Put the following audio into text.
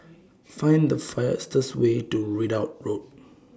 Find The fastest Way to Ridout Road